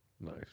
nice